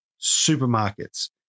supermarkets